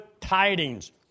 tidings